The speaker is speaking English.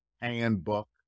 handbook